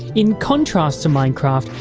in contrast to minecraft,